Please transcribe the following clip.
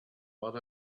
but